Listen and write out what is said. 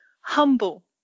humble